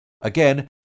Again